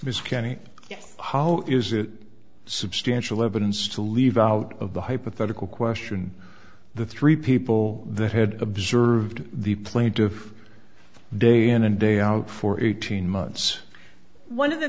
mr kenny yes how is it substantial evidence to leave out of the hypothetical question the three people that had observed the plaintiff day in and day out for eighteen months one of the